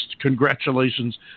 Congratulations